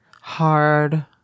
hard